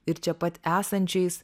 ir čia pat esančiais